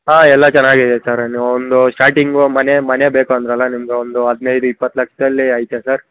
ಹಾಂ ಎಲ್ಲ ಚೆನ್ನಾಗಿದೆ ಸರ್ ನೀವು ಒಂದು ಸ್ಟಾರ್ಟಿಂಗು ಮನೆ ಮನೆ ಬೇಕು ಅಂದ್ರಲ್ಲಾ ನಿಮಗೆ ಒಂದು ಹದಿನೈದು ಇಪ್ಪತ್ತು ಲಕ್ಷದಲ್ಲಿ ಐತೆ ಸರ್